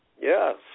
Yes